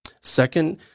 Second